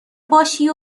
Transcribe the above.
باشی